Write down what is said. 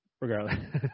regardless